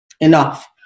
enough